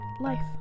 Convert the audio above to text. life